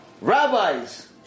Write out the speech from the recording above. Rabbis